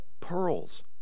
pearls